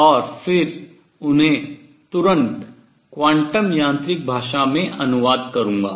और फिर उन्हें तुरंत क्वांटम यांत्रिक भाषा में अनुवाद करूंगा